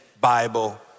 Bible